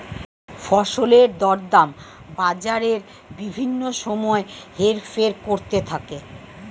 ফসলের দরদাম বাজারে বিভিন্ন সময় হেরফের করতে থাকে